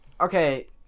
Okay